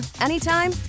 anytime